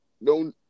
no